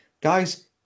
Guys